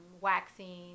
waxing